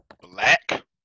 black